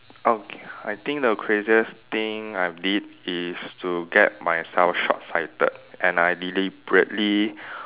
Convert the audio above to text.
uh I I think the craziest thing I did is to get myself shortsighted and I deliberately